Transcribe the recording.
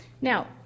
Now